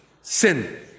Sin